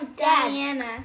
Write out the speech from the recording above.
Diana